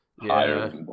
Higher